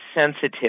sensitive